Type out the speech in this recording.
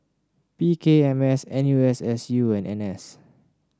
P K M S N U S S U and N S